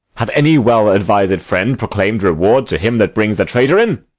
hath any well-advised friend proclaim'd reward to him that brings the traitor in?